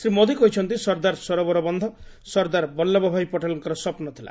ଶ୍ରୀ ମୋଦୀ କହିଛନ୍ତି ସର୍ଦ୍ଦାର ସରୋବର ବନ୍ଧ ସର୍ଦ୍ଦାର ବଲ୍ଲଭ ଭାଇ ପଟେଲଙ୍କର ସ୍ୱପୁ ଥିଲା